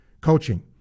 coaching